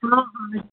हा हा